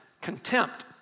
contempt